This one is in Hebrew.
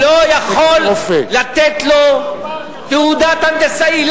לא יכול לתת לו תעודת הנדסאי.